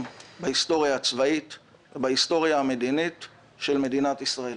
בהיסטוריה הצבאית ובהיסטוריה המדינית של מדינת ישראל.